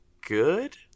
good